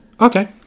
okay